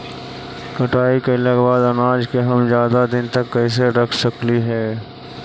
कटाई कैला के बाद अनाज के हम ज्यादा दिन तक कैसे रख सकली हे?